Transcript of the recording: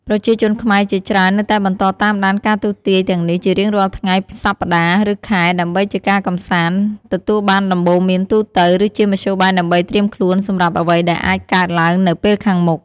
ប្រជាជនខ្មែរជាច្រើននៅតែបន្តតាមដានការទស្សន៍ទាយទាំងនេះជារៀងរាល់ថ្ងៃ សប្តាហ៍ ឬខែ ដើម្បីជាការកម្សាន្ត ទទួលបានដំបូន្មានទូទៅ ឬជាមធ្យោបាយដើម្បីត្រៀមខ្លួនសម្រាប់អ្វីដែលអាចកើតឡើងនៅពេលខាងមុខ។